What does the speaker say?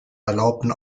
erlaubten